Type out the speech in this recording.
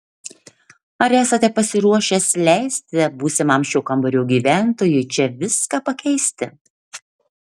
ar esate pasiruošęs leisti būsimam šio kambario gyventojui čia viską pakeisti